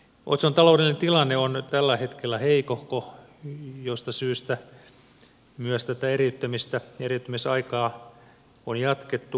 otson taloudellinen tilanne on tällä hetkellä heikohko mistä syystä myös eriyttämisaikaa on jatkettu vuodella